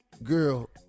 Girl